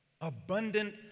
Abundant